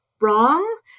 wrong